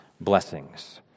blessings